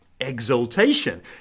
exaltation